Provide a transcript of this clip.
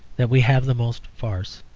that we have the most farce.